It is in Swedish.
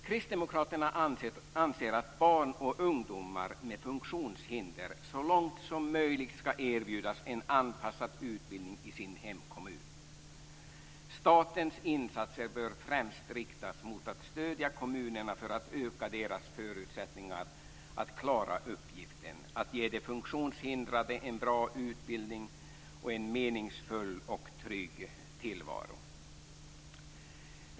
Kristdemokraterna anser att barn och ungdomar med funktionshinder så långt som möjligt ska erbjudas en anpassad utbildning i sin hemkommun. Statens insatser bör främst riktas mot att stödja kommunerna för att öka deras förutsättningar att klara uppgiften att ge de funktionshindrade en bra utbildning och en meningsfull och trygg tillvaro.